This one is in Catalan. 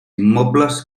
immobles